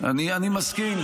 אני מסכים.